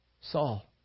Saul